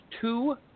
two